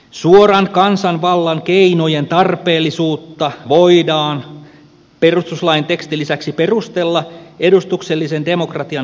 suoran kansanvallan keinojen tarpeellisuutta voidaan perustuslain tekstin lisäksi perustella edustuksellisen demokratian vahvistamisella